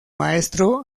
maestro